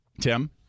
Tim